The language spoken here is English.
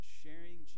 sharing